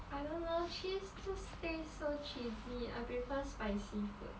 I don't know cheese just tastes so cheesy I prefer spicy food